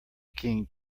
king